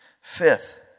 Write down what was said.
Fifth